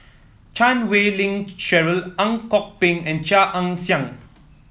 Chan Wei Ling Cheryl Ang Kok Peng and Chia Ann Siang